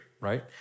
right